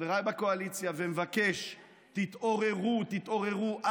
חבריי בקואליציה, ומבקש: תתעוררו, תתעוררו.